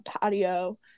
patio